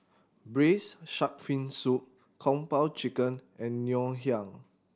Braised Shark Fin Soup Kung Po Chicken and Ngoh Hiang